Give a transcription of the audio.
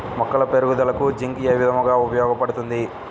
మొక్కల పెరుగుదలకు జింక్ ఏ విధముగా ఉపయోగపడుతుంది?